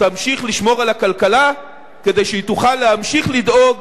תמשיך לשמור על הכלכלה כדי שהיא תוכל להמשיך לדאוג